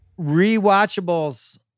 Rewatchables